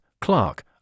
Clark